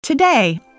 today